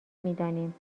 میدانیم